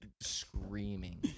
screaming